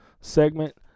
segment